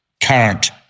current